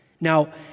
Now